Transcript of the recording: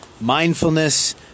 mindfulness